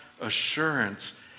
assurance